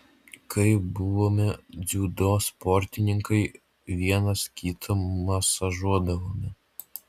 kai buvome dziudo sportininkai vienas kitą masažuodavome